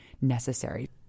necessary